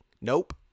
Nope